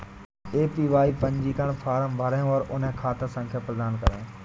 APY पंजीकरण form भरें और उन्हें खाता संख्या प्रदान करें